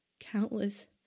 Countless